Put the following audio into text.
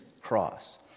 cross